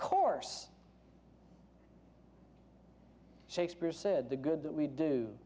course shakespeare said the good that we do